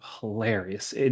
hilarious